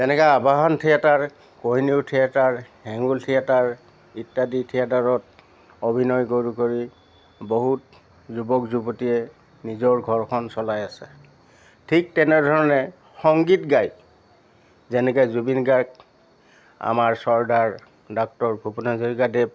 তেনেকৈ Awahan theatre Kohinoor theatre Hengul theatre ইত্যাদি থিয়েটাৰত অভিনয় কৰি কৰি বহুত যুৱক যুৱতীয়ে নিজৰ ঘৰখন চলাই আছে ঠিক তেনেধৰণে সংগীত গাই যেনেকৈ জুবিন গাৰ্গ আমাৰ শ্ৰদ্ধাৰ ডাক্টৰ ভূপেন হাজৰিকাদেৱ